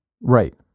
Right